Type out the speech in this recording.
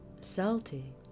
Salty